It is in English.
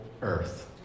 earth